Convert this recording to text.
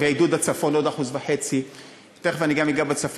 ועידוד הצפון, עוד 1.5%. תכף אני גם אגע בצפון.